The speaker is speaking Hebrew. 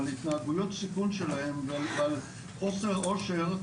על התנהגויות סיכון שלהם ועל חוסר אושר,